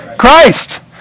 Christ